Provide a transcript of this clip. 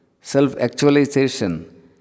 self-actualization